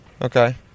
Okay